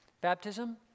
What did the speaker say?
Baptism